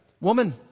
woman